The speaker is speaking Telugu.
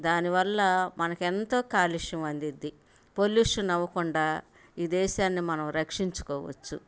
దానివల్ల మనకి ఎంతో కాలుష్యం అందిద్ది పొల్యూషన్ అవ్వకుండా ఈ దేశాన్ని మనం రక్షించుకోవచ్చు